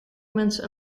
mensen